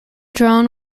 drawn